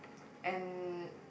and